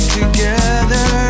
together